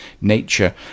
nature